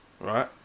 right